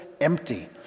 empty